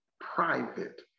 Private